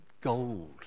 Gold